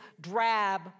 drab